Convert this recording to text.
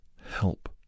help